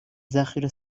ذخیره